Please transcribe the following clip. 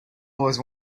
always